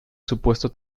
supuesto